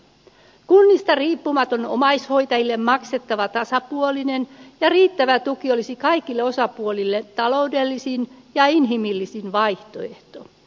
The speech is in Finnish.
kunnista riippumaton omaishoitajille maksettava tasapuolinen ja riittävä tuki olisi kaikille osapuolille taloudellisin ja inhimillisin vaihtoehto